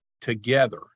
together